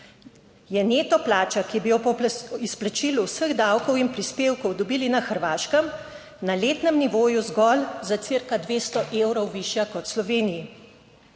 je neto plača, ki bi jo po izplačilu vseh davkov in prispevkov dobili na Hrvaškem na letnem nivoju zgolj za cirka 200 evrov višja kot v Sloveniji.